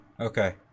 Okay